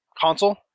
console